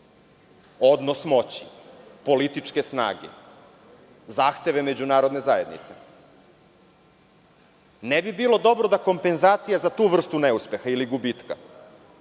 odnos moći, političke snage, zahteve međunarodne zajednice. Ne bi bilo dobro da kompenzacija za tu vrstu neuspeha ili gubitka,